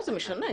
זה משנה.